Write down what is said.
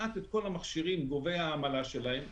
כמעט את כל המכשירים גובי העמלה שלהם,